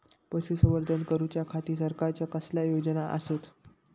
पशुसंवर्धन करूच्या खाती सरकारच्या कसल्या योजना आसत?